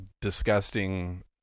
disgusting